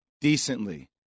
decently